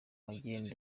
magendu